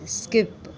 skip